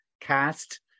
cast